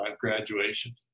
graduation